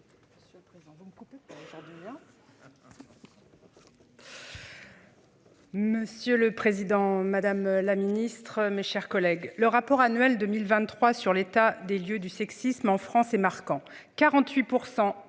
Monsieur le Président Madame la Ministre, mes chers collègues, le rapport annuel 2023 sur l'état des lieux du sexisme en France et marquant 48%